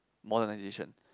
modernization